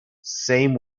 same